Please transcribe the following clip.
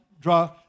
draw